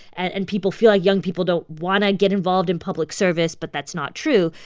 and people feel like young people don't want to get involved in public service, but that's not true.